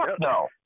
no